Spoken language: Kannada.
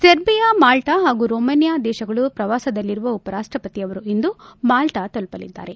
ಸೆರ್ಬಿಯಾ ಮಾಲ್ವಾ ಹಾಗೂ ರೊಮಾನಿಯ ದೇಶಗಳ ಪ್ರವಾಸದಲ್ಲಿರುವ ಉಪರಾಷ್ಟಪತಿಯವರು ಇಂದು ಮಾಲ್ವಾ ತಲುಪಲಿದ್ದಾರೆ